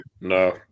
No